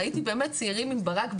ראיתי באמת צעירים עם ברק בעיניים,